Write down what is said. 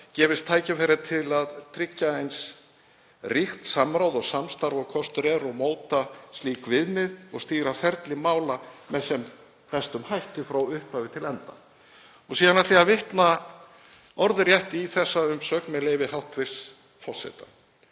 gefist tækifæri til að tryggja eins ríkt samráð og samstarf og kostur er og móta slík viðmið og stýra ferli mála með sem bestum hætti frá upphafi til enda. Síðan ætla ég að vitna orðrétt í þessa umsögn, með leyfi hæstv. forseta: